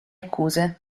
accuse